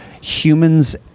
humans